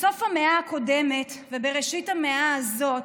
"בסוף המאה הקודמת ובראשית המאה הזאת